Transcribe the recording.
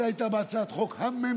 זה היה בהצעת החוק הממשלתית.